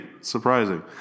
surprising